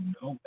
no